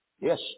Yes